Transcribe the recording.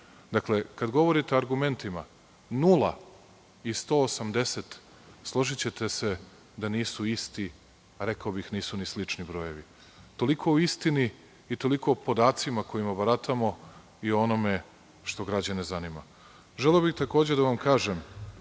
kada govorite o argumetnima, nula i 180 složićete se da nisu isti, rekao bih da nisu ni slični brojevi. Toliko o istini i tolio o podacima kojima baratamo i o onome što građane zanima. Želeo bih takođe da vam kažem